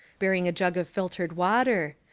bearing a jug of filtered water,